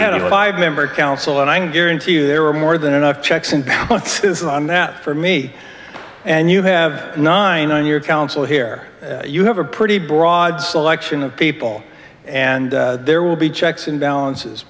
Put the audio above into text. have member counsel and i can guarantee you there are more than enough checks and balances on that for me and you have nine on your counsel here you have a pretty broad selection of people and there will be checks and balances